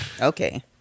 Okay